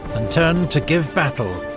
and turned to give battle,